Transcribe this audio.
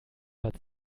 bad